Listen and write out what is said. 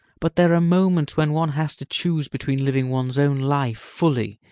but there are moments when one has to choose between living one's own life, fully,